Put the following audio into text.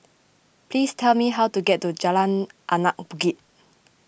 please tell me how to get to Jalan Anak Bukit